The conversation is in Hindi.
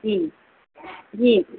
जी जी